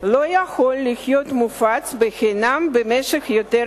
לא יכול להיות מופץ בחינם במשך יותר משנה.